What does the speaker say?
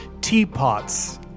teapots